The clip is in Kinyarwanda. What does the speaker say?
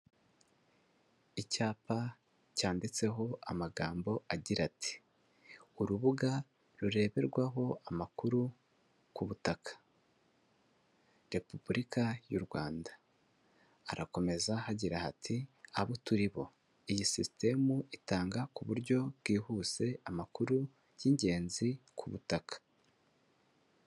Icyapa cyanditseho amagambo agira ati, urubuga rureberwaho amakuru ku butaka, Repubulika y'u Rwanda, harakomeza hagira hati: "Abo turi bo" iyi sisitemu itanga ku buryo bwihuse amakuru y'ingenzi ku butaka.